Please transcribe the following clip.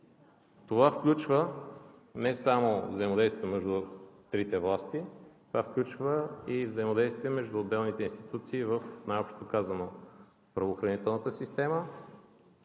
Това включва не само взаимодействие между трите власти, това включва и взаимодействие между отделните институции, най-общо казано, в правоохранителната система,